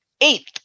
eighth